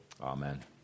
Amen